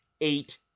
eight